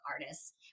artists